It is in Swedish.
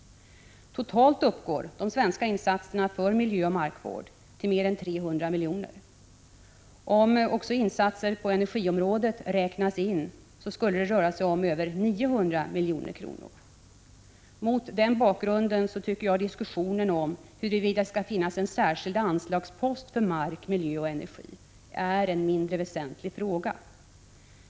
Totalt uppgår de svenska insatserna för miljöoch markvård till mer än 300 milj.kr. Om också insatser på energiområdet räknas in rör det sig om över 900 milj.kr. Mot den bakgrunden tycker jag att diskussionen om huruvida det skall finnas en särskild anslagspost för mark, miljö och energi är mindre väsentlig.